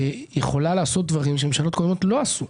יכולה לעשות דברים שממשלות קודמות לא עשו.